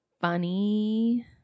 funny